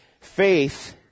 faith